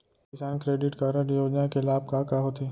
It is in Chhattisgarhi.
किसान क्रेडिट कारड योजना के लाभ का का होथे?